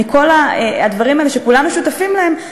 מכל הדברים האלה שכולנו שותפים להם,